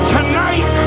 Tonight